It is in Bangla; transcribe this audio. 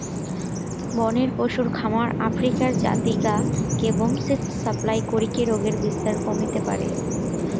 বনের পশুর খামার আফ্রিকার জাতি গা কে বুশ্মিট সাপ্লাই করিকি রোগের বিস্তার কমিতে পারে